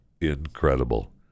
incredible